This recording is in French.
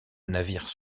navire